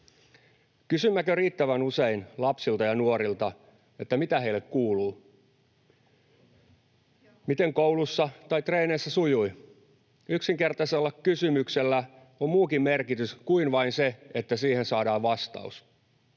Kysymmekö riittävän usein lapsilta ja nuorilta, mitä heille kuuluu, miten koulussa tai treeneissä sujui? Yksinkertaisella kysymyksellä on muukin merkitys kuin vain se, että siihen saadaan vastaus.